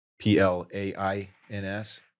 P-L-A-I-N-S